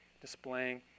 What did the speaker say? displaying